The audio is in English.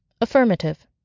Affirmative